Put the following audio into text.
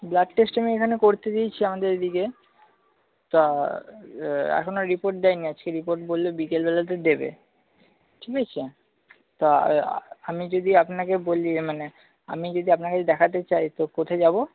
blood test আমি এখানে করতে দিয়েছি আমাদের এদিকে তা এখনও রিপোর্ট দেয়নি আজকে রিপোর্ট বললো বিকেলবেলাতে দেবে ঠিক আছে তা আমি যদি আপনাকে বলি মানে আমি যদি আপনাকে দেখতে চাই তো কোথায় যাব